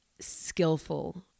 skillful